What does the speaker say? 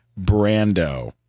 Brando